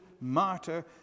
martyr